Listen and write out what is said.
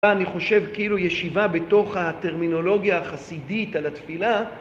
אני חושב כאילו ישיבה בתוך הטרמינולוגיה החסידית על התפילה